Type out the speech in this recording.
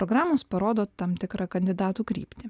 programos parodo tam tikrą kandidatų kryptį